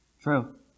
True